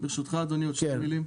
ברשותך אדוני עוד שתי מילים.